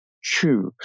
choose